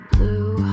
Blue